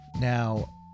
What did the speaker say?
Now